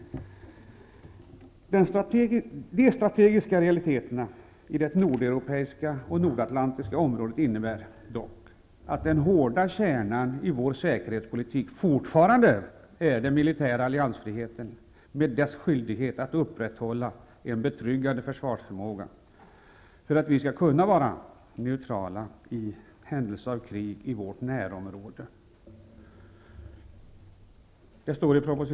De strategiska realiteterna i det nordeuropeiska och nordatlantiska området innebär dock att den hårda kärnan i vår säkerhetspolitik fortfarande är den militära alliansfriheten med dess skyldighet att upprätthålla en betryggande försvarsförmåga, för att vi skall kunna vara neutrala i händelse av krig i vårt närområde.